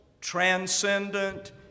transcendent